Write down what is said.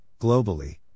globally